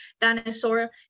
dinosaur